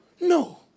No